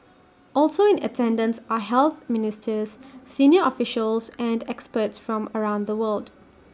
also in attendance are health ministers senior officials and experts from around the world